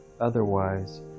Otherwise